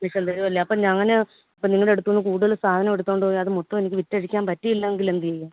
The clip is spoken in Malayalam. കമ്മീഷൻ തരുമല്ലോ അപ്പം ഞാൻ ഇപ്പം നിങ്ങളുടെ അടുത്തു നിന്ന് കൂടുതൽ സാധനം എടുത്തുകൊണ്ടുപോയി അതു മൊത്തവും എനിക്ക് വിറ്റഴിക്കാൻ പറ്റിയില്ലെങ്കിൽ എന്തു ചെയ്യും